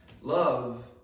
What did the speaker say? Love